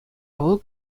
вӑл